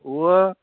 उहा